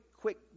quick